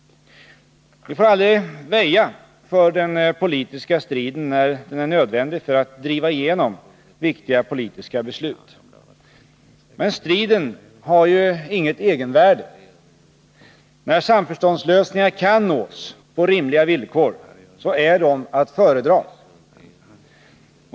Vi får aldrig väja för den politiska striden när den är nödvändig för att driva igenom viktiga politiska beslut. Men striden har inget egenvärde. När samförståndslösningar kan nås på rimliga villkor är sådana att föredra.